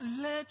let